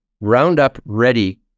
Roundup-ready